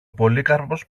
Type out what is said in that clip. πολύκαρπος